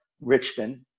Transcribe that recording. Richmond